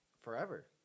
Forever